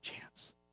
chance